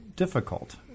difficult